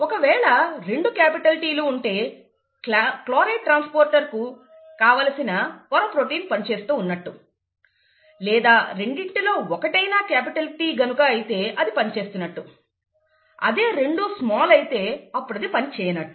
ఒకవేళ రెండు capital T లు ఉంటే క్లోరైడ్ ట్రాన్స్పోర్టర్ కు కావలసిన పోర ప్రోటీన్ పనిచేస్తూ ఉన్నట్టు లేదా రెండిటిలో ఒకటైనా క్యాపిటల్ T కనుక అయితే అది పని చేస్తున్నట్టు అదే రెండు స్మాల్ అయితే అప్పుడది పని చేయనట్టు